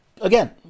again